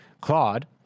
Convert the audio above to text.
Claude